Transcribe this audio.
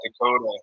Dakota